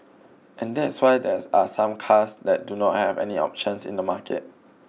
and that's why there are some cars that do not have any options in the market